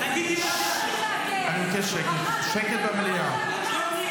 תגידי --- שקט במליאה.